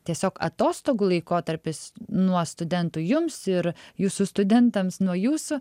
tiesiog atostogų laikotarpis nuo studentų jums ir jūsų studentams nuo jūsų